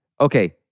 okay